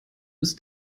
ist